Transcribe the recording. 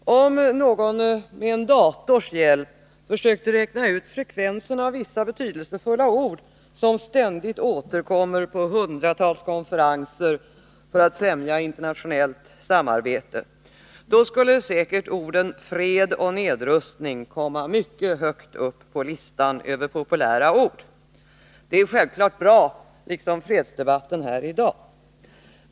Herr talman! Om någon med en dators hjälp försökte räkna ut frekvensen av vissa betydelsefulla ord som ständigt återkommer på hundratals konferenser som hålls för att främja internationellt samarbete, skulle säkert orden fred och nedrustning komma mycket högt upp på listan över populära ord. Det är självklart bra, liksom fredsdebatten här i dag.